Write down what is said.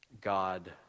God